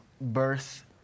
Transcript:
birth